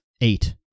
eight